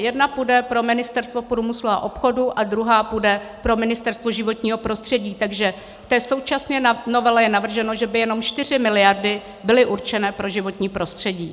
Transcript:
Jedna půjde pro Ministerstvo průmyslu a obchodu a druhá půjde pro Ministerstvo životního prostředí, takže v té současné novele je navrženo, že by jenom 4 mld. byly určené pro životní prostředí.